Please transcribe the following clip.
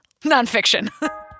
nonfiction